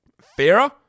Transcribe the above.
fairer